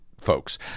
folks